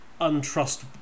untrust